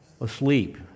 Asleep